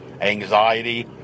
anxiety